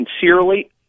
sincerely